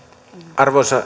arvoisa